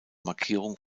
markierung